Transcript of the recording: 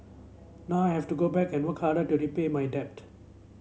now I have to go back and work harder to repay my debt